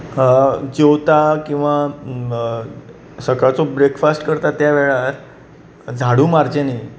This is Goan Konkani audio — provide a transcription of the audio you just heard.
जेवता किंवा सकाळचो ब्रेकफास्ट करता ते वेळार झाडू मारचें न्ही